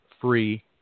free